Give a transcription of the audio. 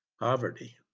poverty